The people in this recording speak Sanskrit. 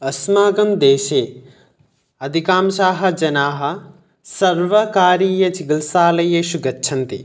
अस्माकं देशे अदिकांशाः जनाः सर्वकारीयचिकित्सालयेषु गच्छन्ति